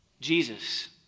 Jesus